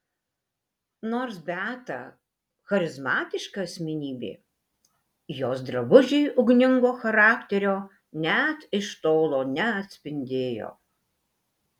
nors beata charizmatiška asmenybė jos drabužiai ugningo charakterio net iš tolo neatspindėjo